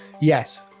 Yes